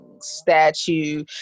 statue